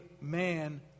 man